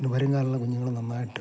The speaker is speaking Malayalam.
ഇനി വരും കാലമുള്ള കുഞ്ഞുങ്ങൾ നന്നായിട്ട്